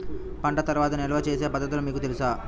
పంట తర్వాత నిల్వ చేసే పద్ధతులు మీకు తెలుసా?